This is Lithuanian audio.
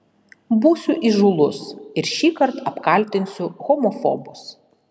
būsiu įžūlus ir šįkart apkaltinsiu homofobus